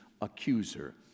accuser